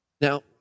Now